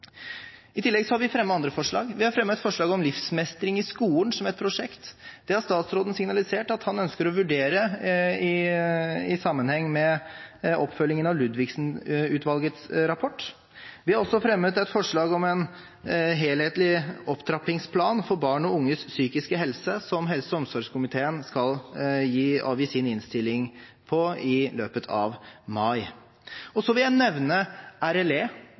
I tillegg har vi fremmet andre forslag. Vi har fremmet forslag om livsmestring i skolen, som et prosjekt. Det har statsråden signalisert at han ønsker å vurdere i sammenheng med oppfølgingen av Ludvigsen-utvalgets rapport. Vi har også fremmet et forslag om en helhetlig opptrappingsplan for barn og unges psykiske helse, som helse- og omsorgskomiteen skal avgi sin innstilling om i løpet av mai. Så vil jeg nevne